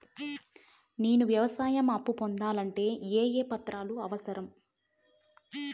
నేను వ్యవసాయం అప్పు పొందాలంటే ఏ ఏ పత్రాలు అవసరం?